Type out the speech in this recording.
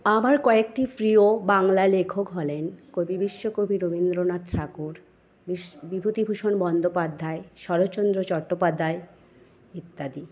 আমার কয়েকটি প্রিয় বাংলা লেখক হলেন কবি বিশ্বকবি রবীন্দ্রনাথ ঠাকুর বিভূতিভূষণ বন্দ্যোপাধ্যায় শরৎচন্দ্র চট্টোপাধ্যায় ইত্যাদি